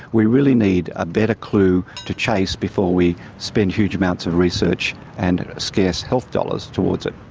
we really need a better clue to chase before we spend huge amounts of research and scarce health dollars towards it.